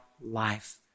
life